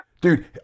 Dude